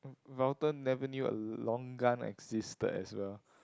Valter never knew a longan existed as well